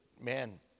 man